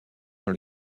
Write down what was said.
dans